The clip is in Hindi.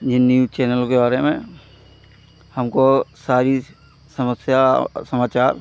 जिन न्यूज़ चैनलों के बारे में हमको सारी समस्या और समाचार